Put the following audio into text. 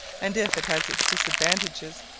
and if it has its disadvantages,